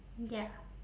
ya